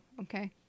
okay